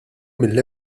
mill